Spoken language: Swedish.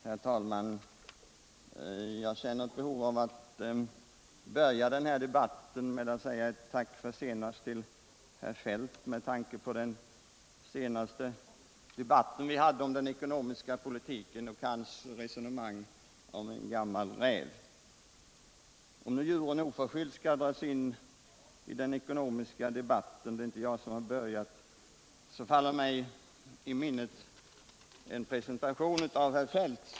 Herr talman! Jag känner ett behov av att börja den här debatten med att säga ett tack för senast till herr Feldt, detta med tanke på den senaste debatt vi hade om den ekonomiska politiken och hans resonemang om en gammal räv. Om nu djuren oförskyllt skall dras in i den ekonomiska debatten — det är inte jag som har börjat med det — faller mig i minnet Tage Erlanders presentation av herr Feldt.